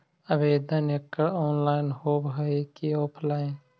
आवेदन एकड़ ऑनलाइन होव हइ की ऑफलाइन?